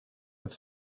have